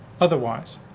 otherwise